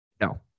No